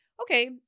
okay